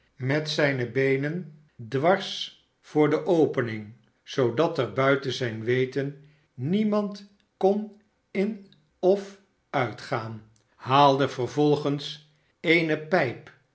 met zijne beenen dwars voor de opening zoodat er buiten zijn welijniemand kon in of uitgaan haalde vervolgens eene pijp